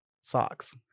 socks